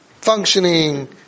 functioning